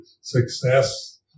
success